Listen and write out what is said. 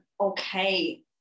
okay